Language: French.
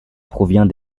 provient